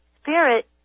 spirit